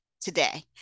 today